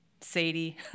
Sadie